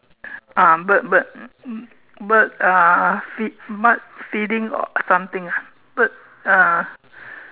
uh bird bird bird uh feed bird feeding something ah bird uh